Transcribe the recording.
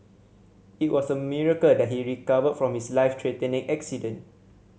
it was a miracle that he recovered from his life threatening accident